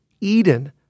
Eden